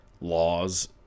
Laws